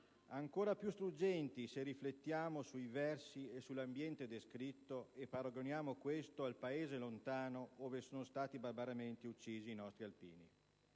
Ancora più struggenti se riflettiamo sui versi e sull'ambiente descritto e paragoniamo questo al Paese lontano ove sono stati barbaramente uccisi i nostri alpini: